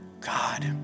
God